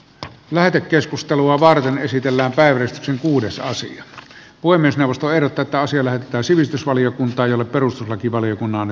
lähetekeskustelua varten esitellään väyrysen uudessa asia voi myös nostaa erotetaan sosiaali ja terveysvaliokuntaan jolle perustuslakivaliokunnan on annettava lausunto